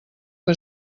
que